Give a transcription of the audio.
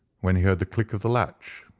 when he heard the click of the latch,